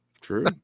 True